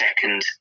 second